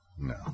No